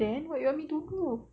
then what you want me to do